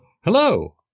Hello